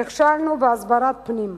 נכשלנו בהסברת פנים,